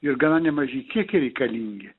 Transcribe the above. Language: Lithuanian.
ir gana nemaži kiekiai reikalingi